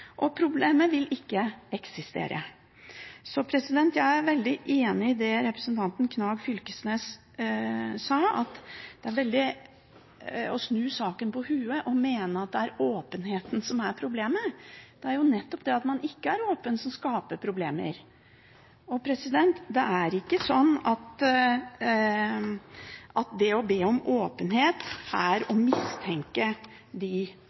og problemet vil ikke eksistere. Så jeg er veldig enig i det representanten Knag Fylkesnes sa, at man snur saken på hodet og mener at det er åpenheten som er problemet, og så er det nettopp det at man er åpen, som skaper problemer. Det er ikke sånn at det å be om åpenhet er